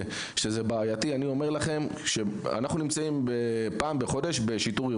בעייתי אני אומר לכם שאנחנו נמצאים בשיטור עירוני פעם בחודש,